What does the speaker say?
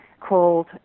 called